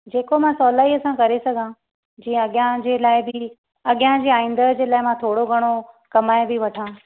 जेको मां सहुलाई सां करे सघां जीअं अॻियां जे लाइ बि अॻियां जे आईंदड़ जे लाइ मां थोरो घणो कमाई बि वठां